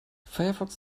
firefox